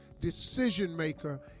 decision-maker